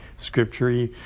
scripture